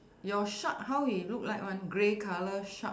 your shark how he look like one grey colour shark